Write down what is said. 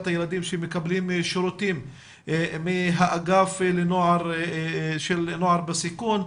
הילדים שמקבלים שירותים מהאגף של נוער בסיכון,